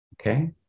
okay